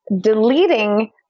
deleting